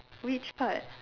which part